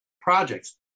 projects